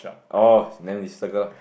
oh then we circle lah